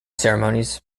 ceremonies